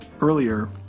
earlier